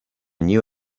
new